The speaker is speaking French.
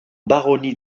baronnie